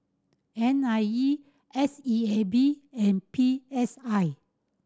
N I E S E A B and P S I